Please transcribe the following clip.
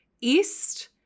East